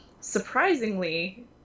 surprisingly